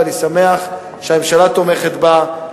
ואני שמח שהממשלה תומכת בה.